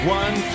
one